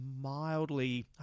mildly